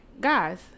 guys